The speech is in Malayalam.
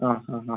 ആ ആ ആ